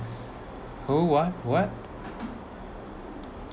oh what what